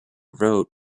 wrote